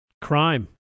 Crime